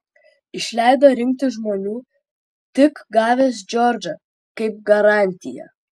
išleido rinkti žmonių tik gavęs džordžą kaip garantiją